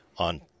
On